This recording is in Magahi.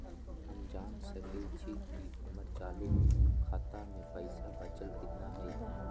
हम जान सकई छी कि हमर चालू खाता में पइसा बचल कितना हई